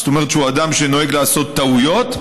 זאת אומרת שהוא אדם שנוהג לעשות טעויות,